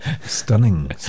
stunning